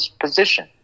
position